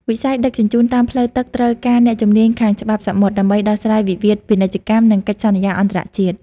វិស័យដឹកជញ្ជូនតាមផ្លូវទឹកត្រូវការអ្នកជំនាញខាងច្បាប់សមុទ្រ ដើម្បីដោះស្រាយវិវាទពាណិជ្ជកម្ម និងកិច្ចសន្យាអន្តរជាតិ។